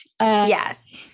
Yes